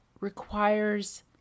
requires